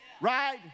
right